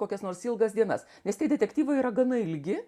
kokias nors ilgas dienas nes tie detektyvai yra gana ilgi